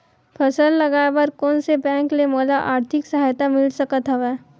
फसल लगाये बर कोन से बैंक ले मोला आर्थिक सहायता मिल सकत हवय?